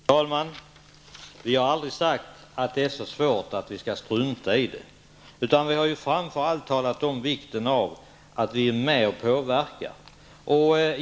Fru talman! Vi har aldrig sagt att det hela är så svårt att vi skall strunta i det. Vi har framför allt talat om vikten av att man från Sverige är med och påverkar.